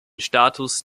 status